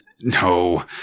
No